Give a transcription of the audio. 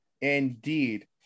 indeed